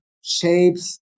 shapes